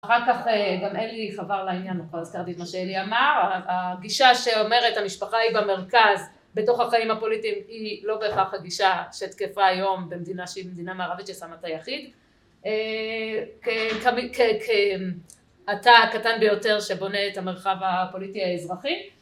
אחר כך גם אלי חבר לעניין הפלסטרדית מה שאלי אמר, הגישה שאומרת המשפחה היא במרכז בתוך החיים הפוליטיים היא לא בכך הגישה שתקפה היום במדינה שהיא מדינה מערבית ששמתה יחיד כאתה הקטן ביותר שבונה את המרחב הפוליטי האזרחי